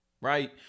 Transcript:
right